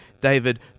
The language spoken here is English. David